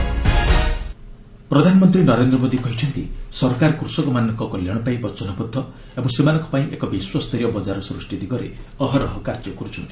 PM Rohtak ପ୍ରଧାନମନ୍ତ୍ରୀ ନରେନ୍ଦ୍ର ମୋଦି କହିଛନ୍ତି ସରକାର କୃଷକମାନଙ୍କ କଲ୍ୟାଣ ପାଇଁ ବଚନବଦ୍ଧ ଓ ସେମାନଙ୍କ ପାଇଁ ଏକ ବିଶ୍ୱସ୍ତରୀୟ ବଜାର ସୃଷ୍ଟି ଦିଗରେ ଅହରହ କାର୍ଯ୍ୟ କରୁଛନ୍ତି